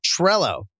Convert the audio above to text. Trello